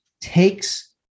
takes